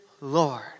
Lord